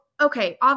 okay